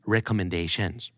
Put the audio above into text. Recommendations